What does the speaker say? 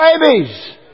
babies